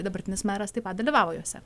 dabartinis meras taip pat dalyvavo juose